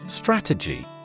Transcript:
Strategy